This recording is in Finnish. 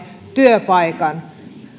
työpaikan